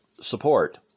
support